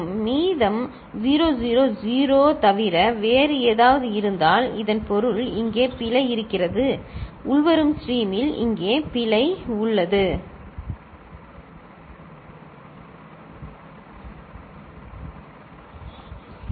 மீதமுள்ளவை 0 0 0 ஏதாவது இருந்தால் இதன் பொருள் இங்கே பிழை இருக்கிறது உள்வரும் ஸ்ட்ரீமில் இங்கே பிழை உள்ளது சரி